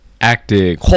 Acting